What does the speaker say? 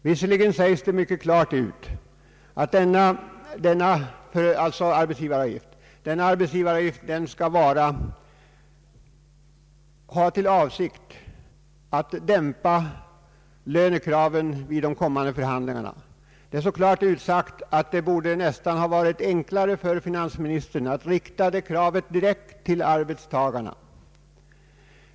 Visserligen sägs det mycket klart ut att denna avgift skall ha till avsikt att dämpa lönekraven vid de kommande förhandlingarna. Det är så klart utsagt att det hade varit enklare för finansministern att rikta det kravet direkt till arbetstagarna.